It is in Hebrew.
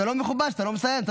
זה לא מכובד שאתה לא מסיים.